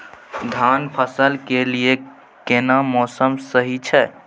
धान फसल के लिये केना मौसम सही छै?